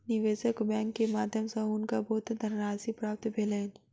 निवेशक बैंक के माध्यम सॅ हुनका बहुत धनराशि प्राप्त भेलैन